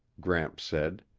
gramps said.